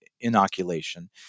inoculation